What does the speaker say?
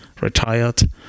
retired